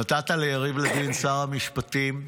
נתת ליריב לוין, שר המשפטים,